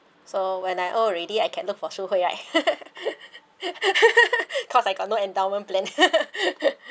so when I old already I can look for Shu Hui right cause I got no endowment plan